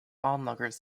onlookers